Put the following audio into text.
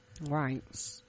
Right